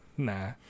Nah